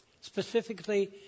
specifically